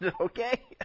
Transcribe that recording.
okay